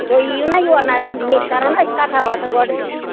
تُہۍ ییو نہ یور نَظر دِنہِ ییٚتہِ کرو نہ أسۍ کَتھا وَتھا گۄڈٕ